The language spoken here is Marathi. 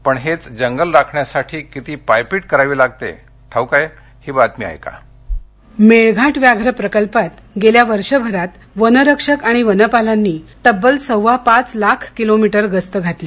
पण हेच जंगल राखण्यासाठी किती पायपीट करावी लागते ठाऊक आहे ही बातमी ऐका मेळघाट व्याघ्र प्रकल्पात गेल्या वर्षभरात वनरक्षक आणि वनपालांनी तब्बल सव्वा पाच लाख किलोमीटर गस्त घातली